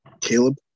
Caleb